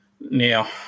Now